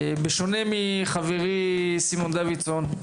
בשונה מחברי סימון דודיסון,